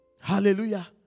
Hallelujah